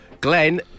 Glenn